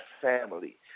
family